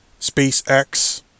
SpaceX